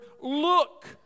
look